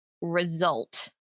result